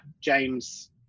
James